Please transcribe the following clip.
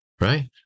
right